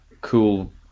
cool